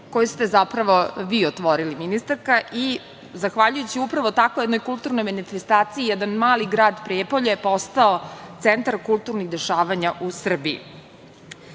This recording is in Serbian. koju ste zapravo vi otvorili, ministarka, i zahvaljujući upravo takvoj jednoj kulturnoj manifestaciji jedan mali grad Prijepolje je postao centar kulturnih dešavanja u